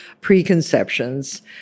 preconceptions